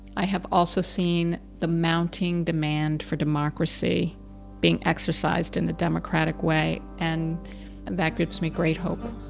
i have also seen the mounting demand for democracy being exercised in a democratic way and that gives me great hope.